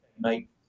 mate